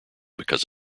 because